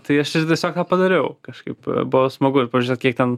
tai aš tiesiog tą padariau kažkaip buvo smagu ir pažiūrėt kiek ten